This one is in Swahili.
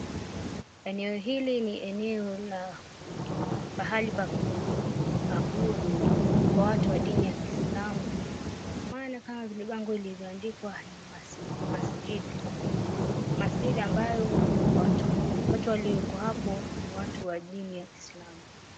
Eneo hili ni eneo la pahali pa kuabudu kwa watu wa dini ya Kiislamu kwa maana kama vile bango ilivyoandikwa Masjid, Masjid ambayo watu walioko hapo kuna watu wa dini ya Kiislamu.